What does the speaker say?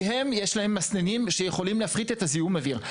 כי להם יש מסננים שיכולים להפחית את זיהום האוויר.